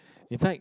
in fact